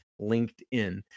LinkedIn